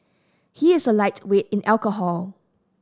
he is a lightweight in alcohol